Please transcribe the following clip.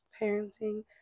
parenting